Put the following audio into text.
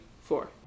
four